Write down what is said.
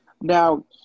Now